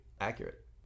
accurate